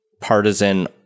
partisan